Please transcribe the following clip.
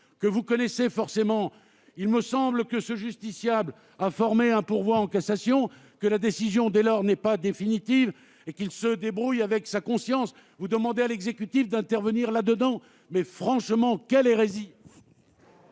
que vous connaissez forcément. Il me semble que le justiciable dont vous parlez a formé un pourvoi en cassation, que la décision, dès lors, n'est pas définitive, et qu'il se débrouille avec sa conscience. Vous demandez à l'exécutif d'intervenir ? Quelle hérésie !